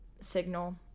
signal